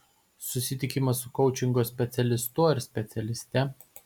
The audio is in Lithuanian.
susitikimas su koučingo specialistu ar specialiste